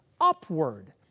upward